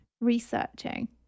researching